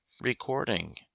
Recording